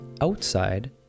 outside